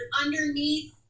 underneath